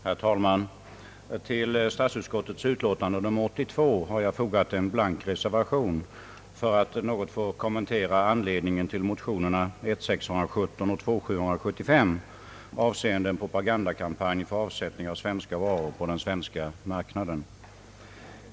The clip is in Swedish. Herr talman! Till statsutskottets utlåtande nr 82 har jag fogat en blank reservation för att något få kommentera anledningen till motionerna I: 617 och II: 775 avseende en propagandakampanj för avsättning av svenska varor på den svenska marknaden.